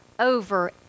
over